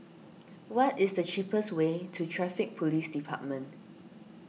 what is the cheapest way to Traffic Police Department